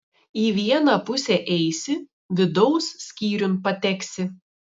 į vieną pusę eisi vidaus skyriun pateksi